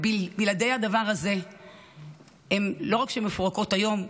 בלעדי הדבר הזה הן לא רק מפורקות היום,